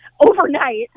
overnight